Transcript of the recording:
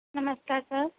Namaskar sir